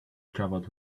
travelled